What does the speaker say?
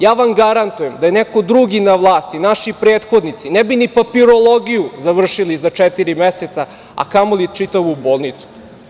Ja vam garantujem, da je neko drugi na vlasti, naši prethodnici ne bi ni papirologiju završili za četiri meseca, a kamoli čitavu bolnicu.